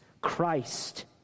Christ